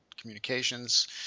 communications